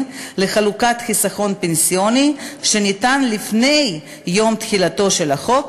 לחלוקת חיסכון פנסיוני שניתן לפני יום תחילתו של החוק,